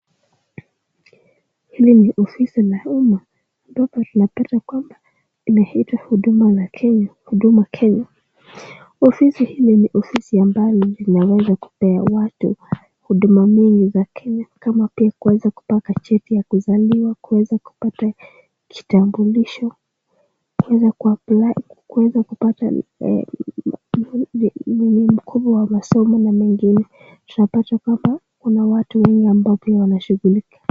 Hii ni ofisi ya umma ambapo tunapata kwamba inaitwa Huduma Kenya, ofisi hii nii ofisi ambayo inaweza kupea watu Huduma nyingi za Kenya kama pia hiyo ya kupata cheti ya kuzaliwa, kuweza kupata kitambulisho kuweza kupata [?]wa masomo na mengineyo tunapata kwamba kuna watu wengi ambao wanashughulika.